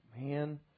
man